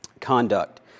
conduct